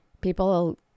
people